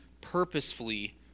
purposefully